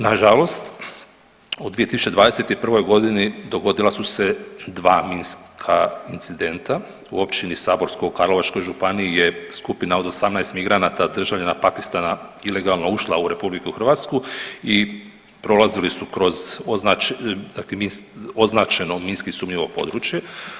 Nažalost u 2021.g. dogodila su se dva minska incidenta u Općini Saborsko u Karlovačkoj županiji je skupina od 18 migranata državljana Pakistana ilegalno ušla u RH i prolazili su kroz označno minski sumnjivo područje.